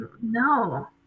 no